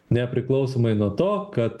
nepriklausomai nuo to kad